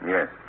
Yes